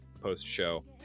post-show